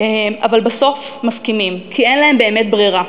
אבל בסוף מסכימים, כי אין להם באמת ברירה.